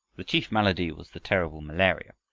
the chief malady was the terrible malaria,